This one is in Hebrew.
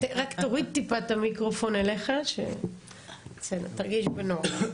רק תוריד טיפה את המיקרופון אליך שתרגיש בנוח.